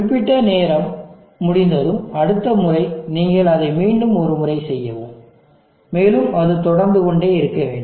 குறிப்பிட்ட நேரம் முடிந்ததும் அடுத்த முறை நீங்கள் அதை மீண்டும் ஒரு முறை செய்யவும் மேலும் அது தொடர்ந்து கொண்டே இருக்க வேண்டும்